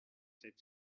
sept